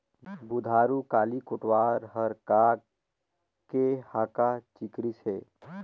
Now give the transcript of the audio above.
बुधारू काली कोटवार हर का के हाँका चिकरिस हे?